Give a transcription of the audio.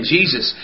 Jesus